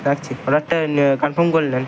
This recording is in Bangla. রাখছি অর্ডা টা নিয়ে কনফার্ম করলেন